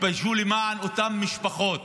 תתביישו מאותן משפחות